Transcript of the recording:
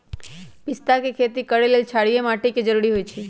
पिस्ता के खेती करय लेल क्षारीय माटी के जरूरी होई छै